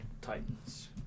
Titans